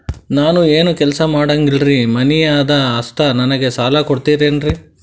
ನಾನು ಏನು ಕೆಲಸ ಮಾಡಂಗಿಲ್ರಿ ಮನಿ ಅದ ಅಷ್ಟ ನನಗೆ ಸಾಲ ಕೊಡ್ತಿರೇನ್ರಿ?